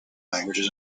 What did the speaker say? languages